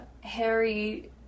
Harry